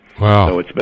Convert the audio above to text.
Wow